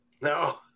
No